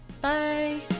bye